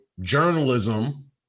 journalism